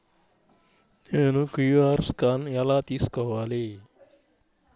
నేను QR scan ఎలా తీసుకోవాలి?